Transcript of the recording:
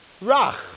Rach